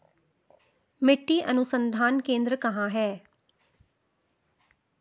मिट्टी अनुसंधान केंद्र कहाँ है?